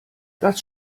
das